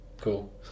cool